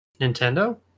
Nintendo